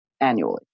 annually